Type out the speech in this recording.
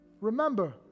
Remember